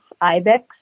Ibex